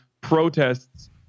protests